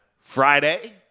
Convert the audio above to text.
Friday